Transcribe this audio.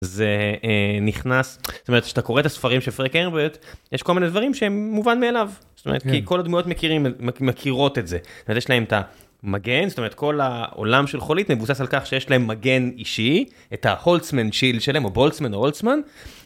זה נכנס, זאת אומרת, שאתה קורא את הספרים של פרק ארברט, יש כל מיני דברים שהם מובן מאליו. זאת אומרת, כי כל הדמויות מכירים מכירות את זה. אז יש להם את המגן, זאת אומרת כל העולם של חולית מבוסס על כך שיש להם מגן אישי, את ההולצמן שילד שלהם או בולצמן או הולצמן.